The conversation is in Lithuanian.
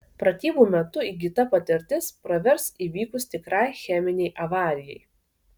pratybų metu įgyta patirtis pravers įvykus tikrai cheminei avarijai